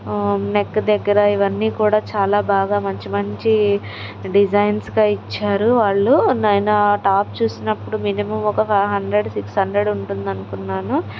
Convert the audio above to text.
neck దగ్గర ఇవన్నీ కూడా చాలా బాగా మంచి మంచి డిజైన్స్గా ఇచ్చారు వాళ్ళు నేను ఆ టాప్ చూసినప్పుడు మినిమమ్ ఒక ఫైవ్ హండ్రడ్ సిక్స్ హండ్రడ్ ఉంటుంది అనుకున్నాను